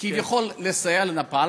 כביכול לסייע לנפאל,